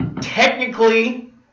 Technically